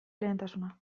lehentasuna